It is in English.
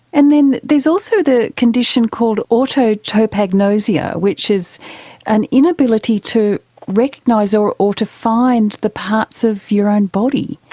and then there is also the condition called autotopagnosia, which is an inability to recognise or or to find the parts of your own body.